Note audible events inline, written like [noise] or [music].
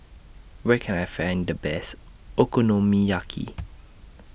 Where Can I Find The Best Okonomiyaki [noise]